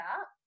up